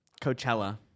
Coachella